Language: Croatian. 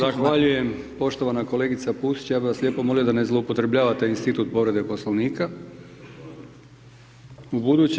Zahvaljujem poštovana kolegica Pusić, ja bih vas lijepo moli da ne zloupotrebljavate institut povrede Poslovnika ubuduće.